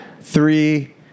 three